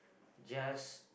just